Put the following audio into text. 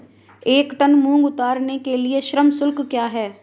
एक टन मूंग उतारने के लिए श्रम शुल्क क्या है?